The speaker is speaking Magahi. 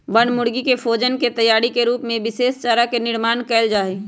बनमुर्गी के भोजन के तैयारी के रूप में विशेष चारा के निर्माण कइल जाहई